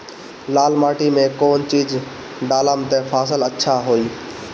लाल माटी मे कौन चिज ढालाम त फासल अच्छा होई?